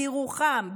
בירוחם,